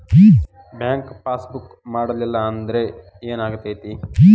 Bank passbook ಮಾಡಲಿಲ್ಲ ಅಂದ್ರೆ ಏನ್ ಆಗ್ತೈತಿ?